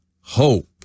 hope